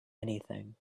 anything